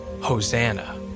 Hosanna